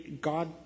God